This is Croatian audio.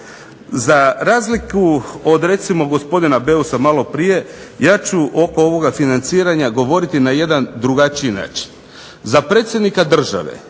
Za razliku od gospodina BEusa malo prije, ja ću ovoga financiranja govoriti na jedan drugačiji način. Za predsjednika države